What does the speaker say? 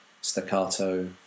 staccato